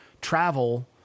travel